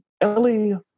Ellie